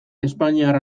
espainiar